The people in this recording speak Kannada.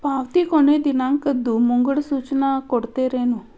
ಪಾವತಿ ಕೊನೆ ದಿನಾಂಕದ್ದು ಮುಂಗಡ ಸೂಚನಾ ಕೊಡ್ತೇರೇನು?